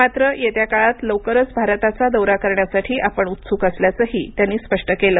मात्र येत्या काळात लवकरच भारताचा दौरा करण्यासाठी आपण उत्सुक असल्याचंही त्यांनी स्पष्ट केलं